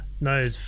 no